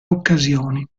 occasioni